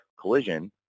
Collision